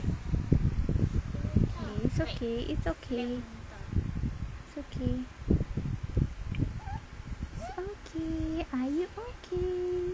okay it's okay it's okay it's okay okay are you okay